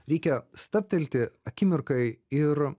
reikia stabtelti akimirkai ir